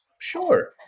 Sure